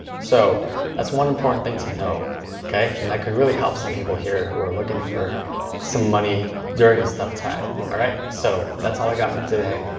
so that's one important thing to know okay. and that could really help some people here who are looking for some money during this tough time. alright so that's all i've got for today.